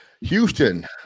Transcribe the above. Houston